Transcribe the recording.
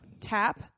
Tap